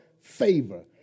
favor